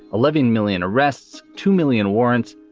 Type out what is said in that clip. eleven million arrests. two million warrants.